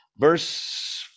Verse